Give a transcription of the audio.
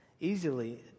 easily